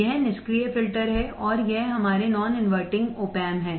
यह निष्क्रिय फिल्टर है और यह हमारे नॉन इनवर्टिंग opamp है